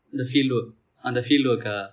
the field work அந்த:andtha field work-aa